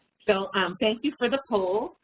so um thank you for the poll,